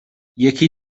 یکی